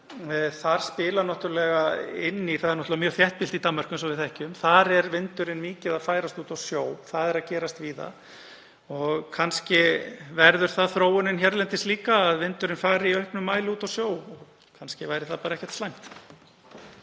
þar spilar náttúrlega inn í að það er mjög þéttbýlt í Danmörku, eins og við þekkjum. Þar er beislun vindorku mikið að færast út á sjó. Það er að gerast víða og kannski verður það þróunin hérlendis líka að vindorkuver fari í auknum mæli út á sjó. Og kannski væri það bara ekkert slæmt.